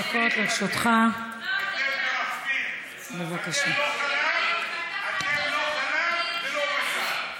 אתם מרחפים, אתם לא חלב ולא בשר.